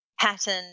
pattern